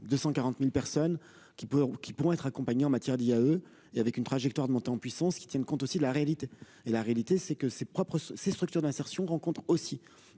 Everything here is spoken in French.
140000 personnes qui ou qui pourront être accompagnés en matière d'IAE et avec une trajectoire de montée en puissance qui tienne compte aussi de la réalité et la réalité c'est que ses propres ses structures d'insertion rencontre aussi